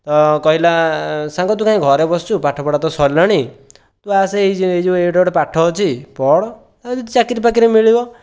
ତ କହିଲା ସାଙ୍ଗ ତୁ କାଇଁ ଘରେ ବସିଛୁ ପାଠପଢ଼ା ତ ସରିଲାଣି ତୁ ଆସେ ଏଇ ଯେଉଁ ଏଇଟା ଗୋଟିଏ ପାଠ ଅଛି ତୁ ପଢ଼ ଆଉ ଯଦି ଚାକିରି ଫାକିରି ମିଳିବ